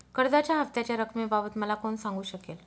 कर्जाच्या हफ्त्याच्या रक्कमेबाबत मला कोण सांगू शकेल?